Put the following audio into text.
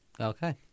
Okay